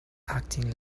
acting